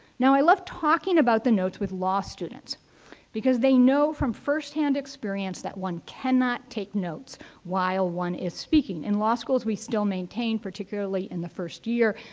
now, i love talking about the notes with law students because they know from firsthand experience that one cannot take notes while one is speaking. in law schools, we still maintain, particularly in the first year,